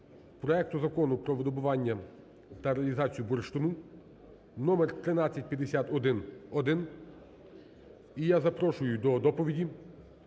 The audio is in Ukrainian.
проекту Закону про видобування та реалізацію бурштину (номер 1351-1). І я запрошую до доповіді